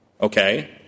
Okay